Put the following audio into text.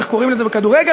איך שקוראים לזה בכדורגל,